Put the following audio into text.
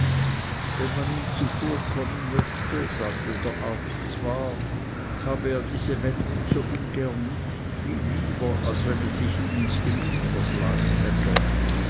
wenn man ihm zuvorkommen möchte sagte der arzt zwar habe er diese wendung so ungern nicht viel lieber als wenn es sich ihm ins gemüt verschlagen hätte